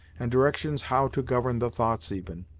and directions how to govern the thoughts even,